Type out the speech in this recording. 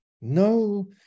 no